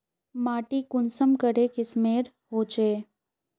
माटी कुंसम करे किस्मेर होचए?